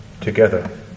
together